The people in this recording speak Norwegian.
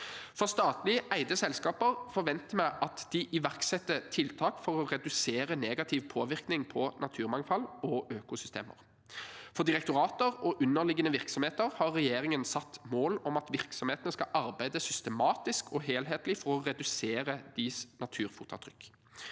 For statlig eide selskaper forventer vi at de iverksetter tiltak for å redusere negativ påvirkning på naturmangfold og økosystemer. For direktorater og underliggende virksomheter har regjeringen satt mål om at virksomhetene skal arbeide systematisk og helhetlig for å redusere sitt naturfotavtrykk.